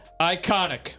ICONIC